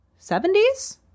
70s